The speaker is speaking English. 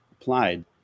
applied